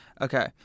Okay